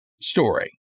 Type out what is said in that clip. story